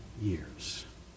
years